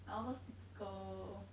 like all those typical